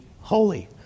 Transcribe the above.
holy